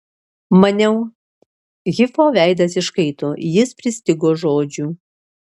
maniau hifo veidas iškaito jis pristigo žodžių